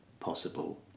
possible